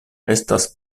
estas